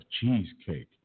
cheesecake